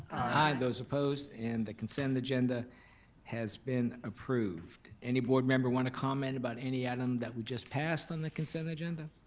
i those opposed, and the consent agenda has been approved. any board member want to comment about any item that we just passed on the consent agenda?